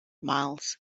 miles